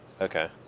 Okay